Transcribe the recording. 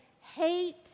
hate